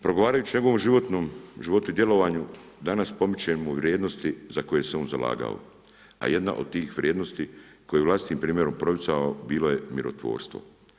Progovarajući o njegovom životu i djelovanju, danas pomičemo vrijednosti za koje se on zalagao a jedna od tih vrijednosti koji je vlastitim primjerom promicao, bilo je mirotvorstvo.